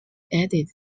added